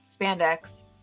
spandex